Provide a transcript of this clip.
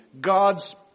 God's